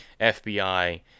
FBI